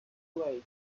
plague